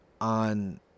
on